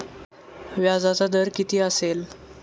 व्याजाचा दर किती असेल?